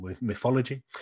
mythology